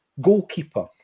Goalkeeper